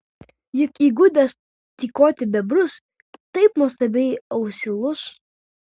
juk įgudęs tykoti bebrus taip nuostabiai ausylus